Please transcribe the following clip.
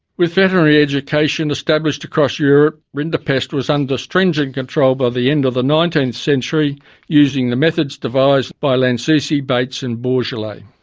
with veterinary education established across europe, rinderpest was under stringent control by the end of the nineteenth century using the methods devised by lancisi, bates and bourgelat.